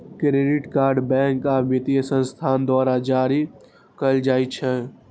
credit card bank आ वित्तीय संस्थान द्वारा जारी कैल जाइ छै